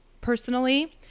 personally